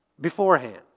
Beforehand